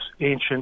ancient